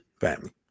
family